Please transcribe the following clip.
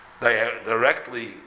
directly